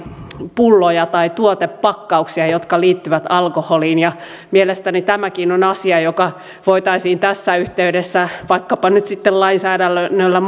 pulloja tai tuotepakkauksia jotka liittyvät alkoholiin mielestäni tämäkin on asia joka voitaisiin tässä yhteydessä vaikkapa nyt lainsäädännöllä